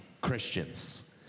Christians